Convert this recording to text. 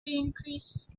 increase